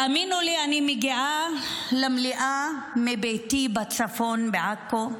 תאמינו לי, אני מגיעה למליאה מביתי בצפון, בעכו,